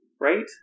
Right